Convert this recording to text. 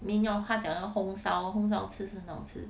min yor 她讲要烘烧烘烧吃是很好吃